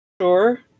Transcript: Sure